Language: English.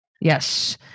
Yes